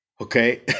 okay